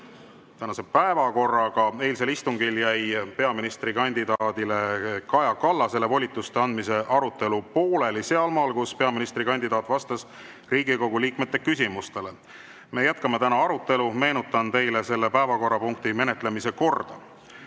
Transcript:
tänase päevakorraga. Eilsel istungil jäi peaministrikandidaat Kaja Kallasele volituste andmise arutelu pooleli sealmaal, kus peaministrikandidaat vastas Riigikogu liikmete küsimustele. Me jätkame arutelu. Meenutan teile selle päevakorrapunkti menetlemise korda.